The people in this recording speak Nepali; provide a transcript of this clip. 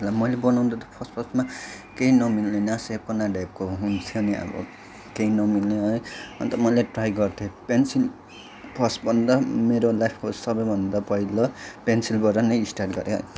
मैले बनाउनु त फर्स्ट फर्स्टमा केही नमिल्ने न सेपको न ढेपको हुन्थ्यो अब केही नमिल्ने है अन्त मैले ट्राई गर्थेँ पेन्सिल फर्स्टभन्दा मेरो लाइफको सबैभन्दा पहिलो पेन्सिलबाट नै स्टार्ट गरेँ है